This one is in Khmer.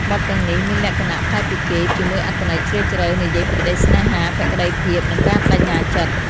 បទទាំងនេះមានលក្ខណៈប្លែកពីគេ ជាមួយអត្ថន័យជ្រាលជ្រៅ និយាយពីក្ដីស្នេហា ភក្ដីភាព និងការប្ដេជ្ញាចិត្ត។